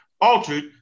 altered